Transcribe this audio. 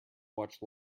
watch